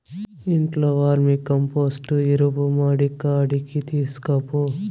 ఇంట్లో వర్మీకంపోస్టు ఎరువు మడికాడికి తీస్కపో